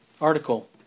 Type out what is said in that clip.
article